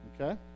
Okay